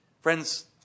Friends